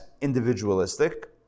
individualistic